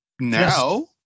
now